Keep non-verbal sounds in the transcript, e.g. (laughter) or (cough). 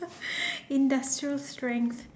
(noise) industrial strength